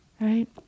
right